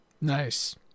Nice